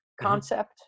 concept